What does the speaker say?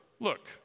Look